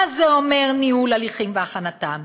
מה זה אומר "ניהול הליכים והכנתם"?